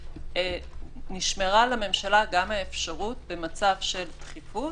נשמרה לממשלה גם האפשרות במצב של דחיפות